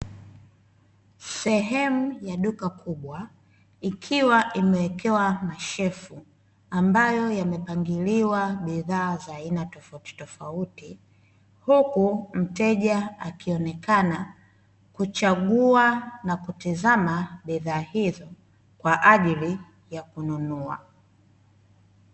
Sehemu ya duka kubwa, ikiwa imewekewa mashelfu, ambayo yamepangiliwa bidhaa za aina tofauti tofauti huku mteja akionekana, kuchagua na kutizama bidhaa hizo, kwa ajili ya kununua.